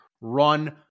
run